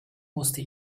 musste